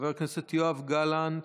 חבר הכנסת יואב גלנט,